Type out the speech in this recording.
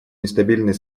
нестабильной